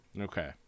okay